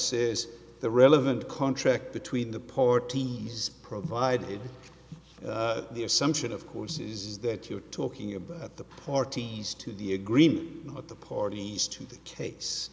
says the relevant contract between the parties provided the assumption of course is that you're talking about the parties to the agreement not the parties to the case